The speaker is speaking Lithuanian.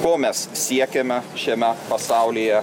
ko mes siekiame šiame pasaulyje